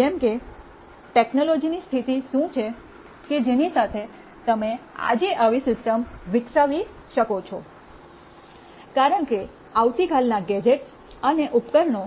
જેમ કે ટેક્નોલોજીની સ્થિતિ શું છે કે જેની સાથે તમે આજે આવી સિસ્ટમ વિકસાવી શકો છો કારણ કે આવતી કાલનાં ગેજેટ્સ અને ઉપકરણો